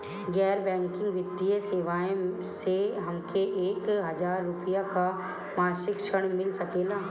गैर बैंकिंग वित्तीय सेवाएं से हमके एक हज़ार रुपया क मासिक ऋण मिल सकेला?